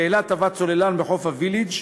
באילת טבע צוללן בחוף הווילג',